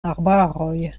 arbaroj